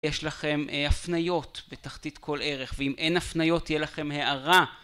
יש לכם הפניות בתחתית כל ערך ואם אין הפניות תהיה לכם הערה